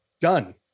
done